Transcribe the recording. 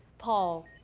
paul